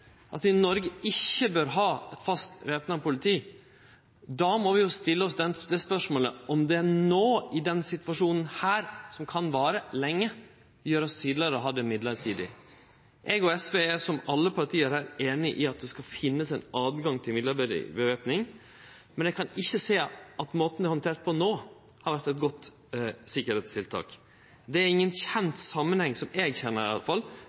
i Noreg ikkje bør ha fast væpna politi, må vi stille oss det spørsmålet om det er no, i denne situasjonen her, som kan vare lenge, at vi gjer oss tydelegare ved å ha det mellombels. Eg er, og SV er – som alle parti her – einige i at det skal finnast ein tilgang til mellombels væpning, men eg kan ikkje sjå at måten det er handtert på no, har vore eit godt sikkerheitstiltak. Det er ingen kjend samanheng, som eg kjenner